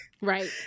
Right